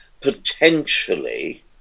potentially